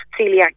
celiac